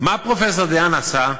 מה פרופסור דה-האן עשה,